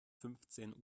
fünfzehn